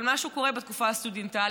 אבל משהו קורה בתקופה הסטודנטיאלית,